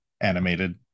animated